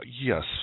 yes